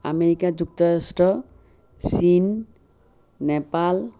America যুক্তৰাষ্ট্ৰ চীন নেপাল